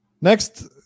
Next